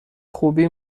خوبی